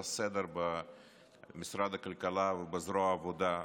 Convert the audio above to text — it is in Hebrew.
עשתה סדר במשרד הכלכלה ובזרוע העבודה,